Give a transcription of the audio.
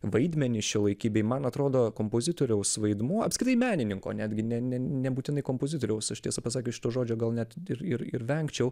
vaidmenį šiuolaikybėj man atrodo kompozitoriaus vaidmuo apskritai menininko netgi ne nebūtinai kompozitoriaus ištisa pasak iš to žodžio gal net ir ir ir vengčiau